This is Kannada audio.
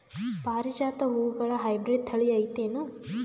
ಪಾರಿಜಾತ ಹೂವುಗಳ ಹೈಬ್ರಿಡ್ ಥಳಿ ಐತೇನು?